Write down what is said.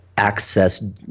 access